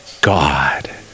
God